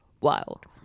Wild